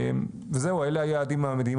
וזהו, אלה היעדים המדידים.